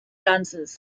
dances